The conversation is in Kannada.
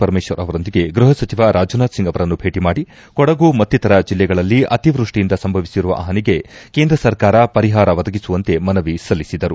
ಪರಮೇಶ್ವರ್ ಅವರೊಂದಿಗೆ ಗೃಹ ಸಚಿವ ರಾಜನಾಥ್ ಸಿಂಗ್ ಅವರನ್ನು ಭೇಟ ಮಾಡಿ ಕೊಡಗು ಮತ್ತಿತರ ಜಿಲ್ಲೆಗಳಲ್ಲಿ ಅತಿವೃಷ್ಷಿಯಿಂದ ಸಂಭವಿಸಿರುವ ಹಾನಿಗೆ ಕೇಂದ್ರ ಸರ್ಕಾರ ಪರಿಹಾರ ಒದಗಿಸುವಂತೆ ಮನವಿ ಸಲ್ಲಿಸಿದರು